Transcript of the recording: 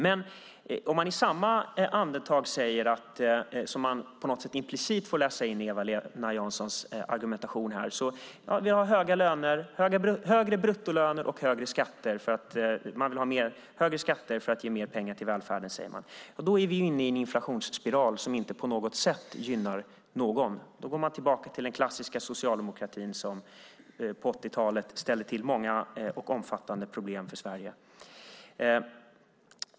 Men om man i samma andetag säger - vilket vi på något sätt implicit får läsa in i Eva-Lena Janssons argumentation - att vi ska ha högre bruttolöner och högre skatter för att ge mer pengar till välfärden, då är vi inne i en inflationsspiral som inte gynnar någon. Då går man tillbaka till den klassiska socialdemokratin som på 80-talet ställde till många och omfattande problem för Sverige.